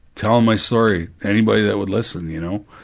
telling my story, anybody that would listen, you know?